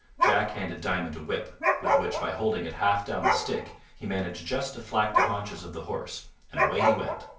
jack handed diamond a whip, with which, by holding it half down the stick, he managed just to flack the haunches of the horse and away he went.